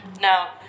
Now